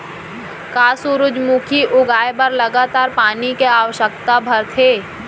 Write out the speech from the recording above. का सूरजमुखी उगाए बर लगातार पानी के आवश्यकता भरथे?